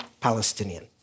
Palestinian